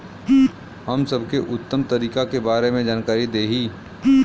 हम सबके उत्तम तरीका के बारे में जानकारी देही?